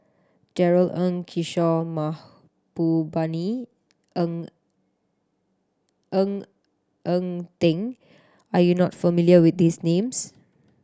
Darrell Ang Kishore Mahbubani Ng Ng Eng Teng are you not familiar with these names